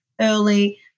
early